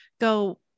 go